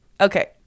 Okay